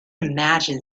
imagine